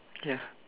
ya